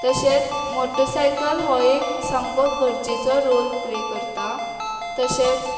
तशेंत मोटसायकल हो एक सामको गरजेचो रोल प्ले करता तशेंच